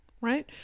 right